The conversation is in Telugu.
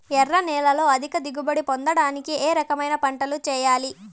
ఎర్ర నేలలో అధిక దిగుబడి పొందడానికి ఏ రకమైన పంటలు చేయాలి?